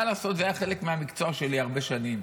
מה לעשות, זה היה חלק מהמקצוע שלי הרבה שנים,